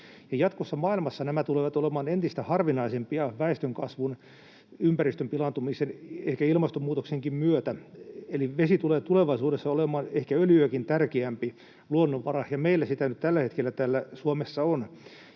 jatkossa nämä tulevat olemaan entistä harvinaisempia maailmassa väestönkasvun, ympäristön pilaantumisen, ehkä ilmastonmuutoksenkin myötä. Eli vesi tulee tulevaisuudessa olemaan ehkä öljyäkin tärkeämpi luonnonvara, ja meillä sitä nyt tällä hetkellä täällä Suomessa on.